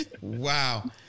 wow